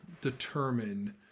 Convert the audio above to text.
determine